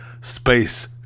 Space